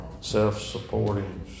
Self-supporting